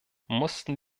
mussten